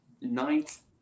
Ninth